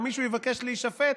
או מישהו יבקש להישפט.